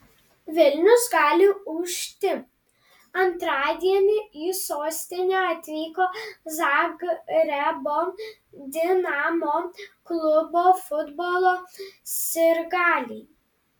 vilnius gali ūžti antradienį į sostinę atvyko zagrebo dinamo klubo futbolo sirgaliai